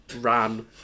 Ran